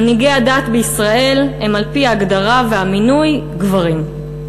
מנהיגי הדת בישראל הם על-פי ההגדרה והמינוי גברים.